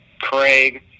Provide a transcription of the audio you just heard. Craig